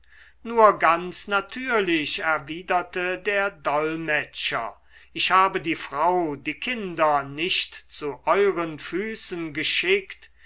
nur ganz natürlich erwiderte der dolmetscher ich habe die frau die kinder nicht zu euren füßen geschickt